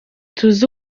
tuzi